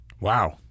Wow